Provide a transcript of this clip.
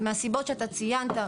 מהסיבות שאתה ציינת,